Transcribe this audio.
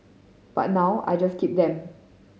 but now I just keep them